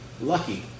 lucky